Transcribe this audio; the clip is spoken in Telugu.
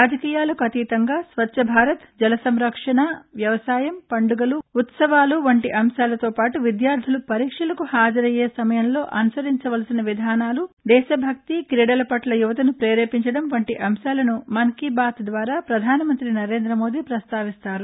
రాజకీయాలకు అతీతంగా స్వచ్చ భారత్ జల సంరక్షణ వ్యవసాయం పండుగలు ఉ త్సవాలు వంటి అంశాలతోపాటు విద్యార్దులు పరీక్షలకు హాజరయ్యే సమయంలో అనుసరించవలసిన విధానాలు దేశ భక్తి క్రీడల పట్ల యువతను పేరేపించడం వంటి అంశాలను మన్ కి బాత్ ద్వారా పధాన మంతి నరేంద్ర మోదీ ప్రస్తావిస్తారు